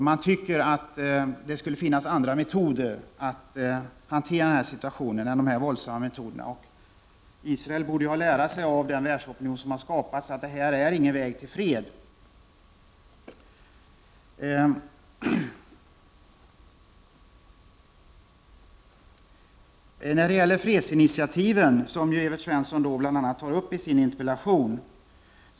Man tycker att det skulle finnas andra sätt än dessa våldsamma metoder att hantera situationen. Israel borde lära sig av den världsopinion som har skapats att detta inte är någon väg till fred. Evert Svensson tar bl.a. upp fredsinitiativen i sin interpellation.